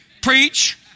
Preach